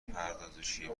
پردازشی